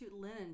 linen